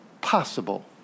possible